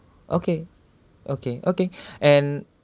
okay okay okay and